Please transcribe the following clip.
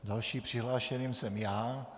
Dalším přihlášeným jsem já.